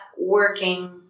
working